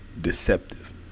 deceptive